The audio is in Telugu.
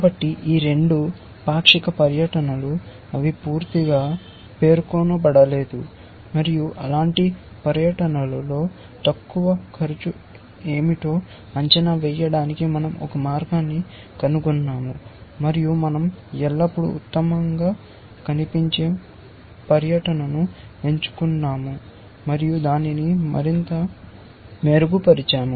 కాబట్టి ఈ రెండూ పాక్షిక పర్యటనలు అవి పూర్తిగా పేర్కొనబడలేదు మరియు అలాంటి పర్యటనలలో తక్కువ ఖర్చు ఏమిటో అంచనా వేయడానికి మనం ఒక మార్గాన్ని కనుగొన్నాము మరియు మనం ఎల్లప్పుడూ ఉత్తమంగా కనిపించే పర్యటనను ఎంచుకున్నాము మరియు దానిని మరింత మెరుగుపరచాము